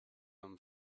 him